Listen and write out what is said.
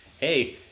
hey